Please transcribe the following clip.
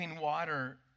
water